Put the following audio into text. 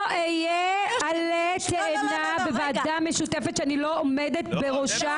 לא אהיה עלה תאנה בוועדה משותפת שאני לא עומדת בראשה.